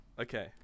Okay